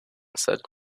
said